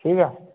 ठीक ऐ